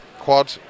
quad